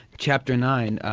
chapter nine,